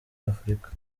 afurika